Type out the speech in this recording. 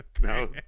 No